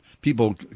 people